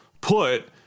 put